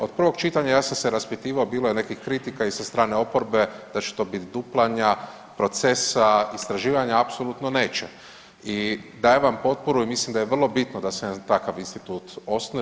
Od prvog čitanja ja sam se raspitivao bilo je nekih kritika i sa strane oporbe da će to biti duplanja, procesa, istraživanja, apsolutno neće i dajem vam potporu i mislim da je vrlo bitno da se jedan takav institut osnuje.